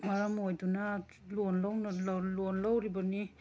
ꯃꯔꯝ ꯑꯣꯏꯗꯨꯅ ꯂꯣꯟ ꯂꯣꯟ ꯂꯧꯔꯤꯕꯅꯤ